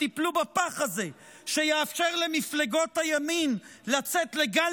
שתיפלו בפח הזה שיאפשר למפלגות הימין לצאת לגל